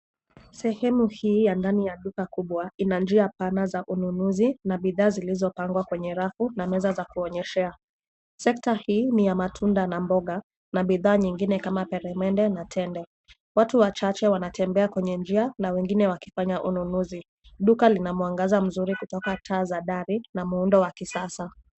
Sehemu hii ya ndani ya duka kubwa ina njia pana za ununuzi na bidhaa zilizopangwa kwenye rafu na meza za kuonyeshea. Sekta hii ni ya matunda na mboga na bidhaa nyingine kama peremende na tende. Watu wachache wanatembea kwenye njia na wengine wakifanya ununuzi. Duka lina mwangaza mzuri kutoka taa za dari na muundo wa kisasa.